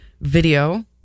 Video